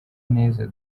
neza